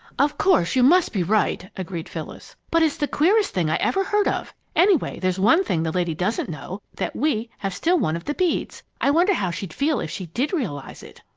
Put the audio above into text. of course you must be right, agreed phyllis. but it's the queerest thing i ever heard of! anyway, there's one thing the lady doesn't know that we have still one of the beads! i wonder how she'd feel if she did realize it?